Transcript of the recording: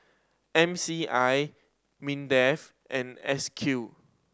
M C I MINDEF and S Q